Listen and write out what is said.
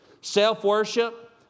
Self-worship